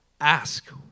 Ask